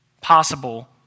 possible